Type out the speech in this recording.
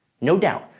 no doubt,